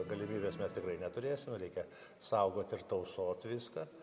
galimybės mes tikrai neturėsim reikia saugot ir tausot viską